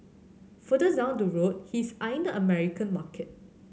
further down the road he is eyeing the American market